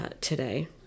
today